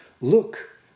look